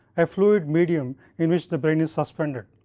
a fluid medium in which the brain is suspended.